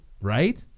right